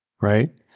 Right